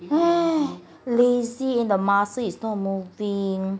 lazy and the muscle is not moving